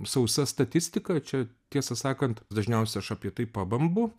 sausa statistika čia tiesą sakant dažniausia aš apie tai pabambu